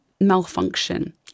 malfunction